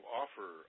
offer